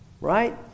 Right